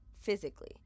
physically